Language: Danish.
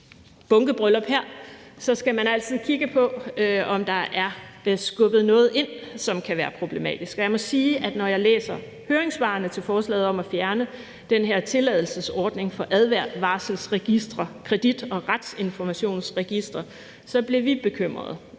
skal man altid kigge på, om der er blevet skubbet noget, som kan være problematisk, ind, og jeg må sige, at når jeg læser høringssvarene til forslaget om at fjerne den her tilladelsesordning for advarselsregistre og kredit- og retsinformationsregistre, bliver vi bekymret,